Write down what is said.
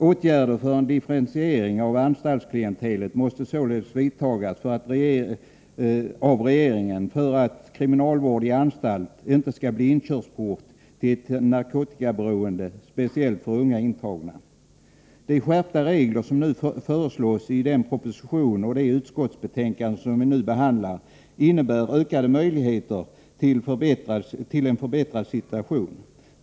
Åtgärder för en differentiering av anstaltsklientelet måste således vidtas av regeringen för att inte kriminalvård på anstalt skall bli inkörsporten till ett narkotikaberoende, speciellt för unga intagna. De skärpta regler som föreslås i den proposition och det utskottsbetänkande som vi nu behandlar, innebär ökade möjligheter till en förbättrad situation.